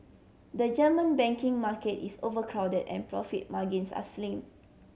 the German banking market is overcrowded and profit margins are slim